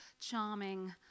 charming